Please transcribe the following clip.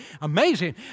amazing